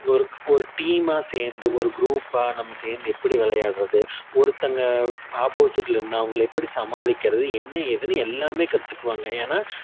ஒரு ஒரு டீமாக சேர்ந்து ஒரு குரூப்பாக நம்ம சேர்ந்து எப்படி விளையாடுறது ஒருத்தங்க ஆப்போசிட்டில் இருந்தால் அவங்களை எப்படி சமாளிக்கறது என்ன ஏதுன்னு எல்லாமே கற்றுக்குவாங்க ஏன்னால்